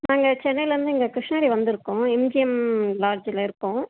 நாங்கள் சென்னைலருந்து இங்கே கிருஷ்ணகிரி வந்திருக்கோம் எம்ஜிஎம் லாட்ஜ்ஜில் இருக்கோம்